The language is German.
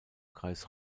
kreis